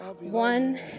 One